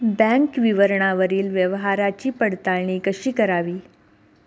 Bank विवरणावरील व्यवहाराची पडताळणी कशी करावी?